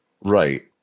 Right